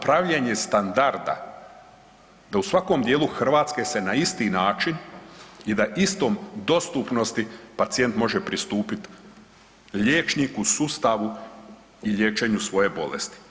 Pravljenje standarda, da u svakom dijelu Hrvatske se na isti način i da istom dostupnosti pacijent može pristupit liječniku, sustavu i liječenju svoje bolesti.